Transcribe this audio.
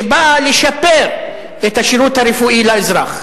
שבאה לשפר את השירות הרפואי לאזרח,